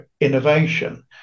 innovation